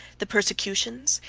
the persecutions,